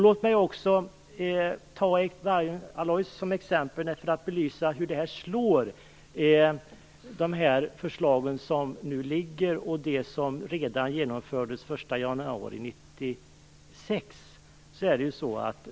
Låt mig ta Vargön Alloys som exempel för att belysa hur de framlagda förslagen och de förslag som genomfördes redan den 1 januari 1996 slår.